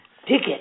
ticket